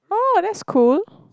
oh that's cool